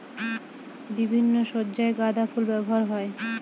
বিভিন্ন সজ্জায় গাঁদা ফুল ব্যবহার হয়